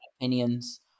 opinions